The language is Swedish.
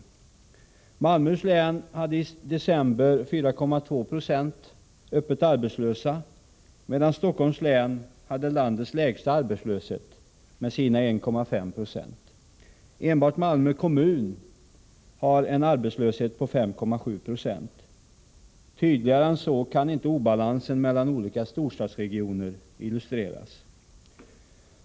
I Malmöhus län var i december 4,2 20 öppet arbetslösa, medan Stockholms län hade landets lägsta arbetslöshet med sina 1,5 90. Enbart Malmö kommun har en arbetslöshet på 5,7 20. Tydligare än så kan inte obalansen mellan olika storstadsregioner illustreras.